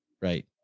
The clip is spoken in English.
right